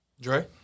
Dre